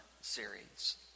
series